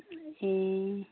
ए